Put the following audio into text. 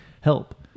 help